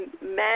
men